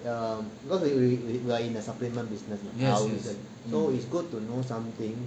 um because we we we are in the supplement business mah I would say so it's good to know some things